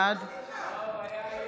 בעד